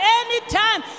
anytime